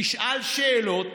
תשאל שאלות,